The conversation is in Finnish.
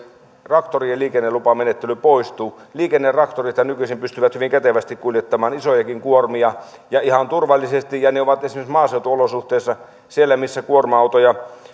traktorien liikennelupamenettely poistuu liikennetraktorithan nykyisin pystyvät hyvin kätevästi kuljettamaan isojakin kuormia ja ihan turvallisesti ja ne ovat hyviä esimerkiksi maaseutuolosuhteissa siellä missä kuorma autoja